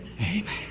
Amen